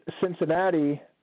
Cincinnati